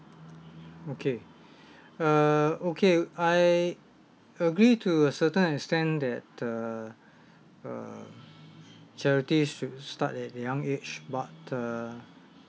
okay uh okay I agree to a certain extent that the uh charity should start that a young age but uh